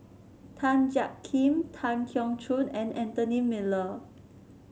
Tan Jiak Kim Tan Keong Choon and Anthony Miller